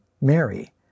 Mary